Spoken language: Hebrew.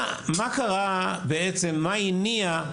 מה בעצם הניע,